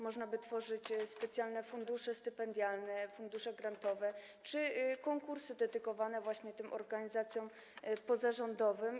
Można by tworzyć specjalne fundusze stypendialne, fundusze grantowe czy konkursy dedykowane właśnie organizacjom pozarządowym.